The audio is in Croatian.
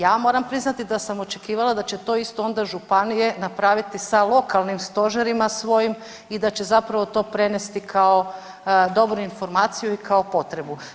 Ja moram priznati da sam očekivala da će to isto onda županije napraviti sa lokalnim stožerima svojim i da će zapravo to prenesti kao dobru informaciju i kao potrebu.